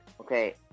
Okay